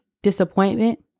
Disappointment